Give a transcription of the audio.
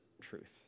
truth